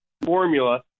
formula